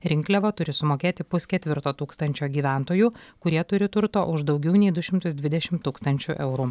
rinkliavą turi sumokėti pusketvirto tūkstančio gyventojų kurie turi turto už daugiau nei du šimtus dvidešimt tūkstančių eurų